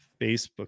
Facebook